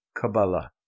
Kabbalah